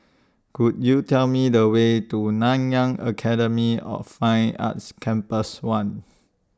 Could YOU Tell Me The Way to Nanyang Academy of Fine Arts Campus one